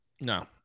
No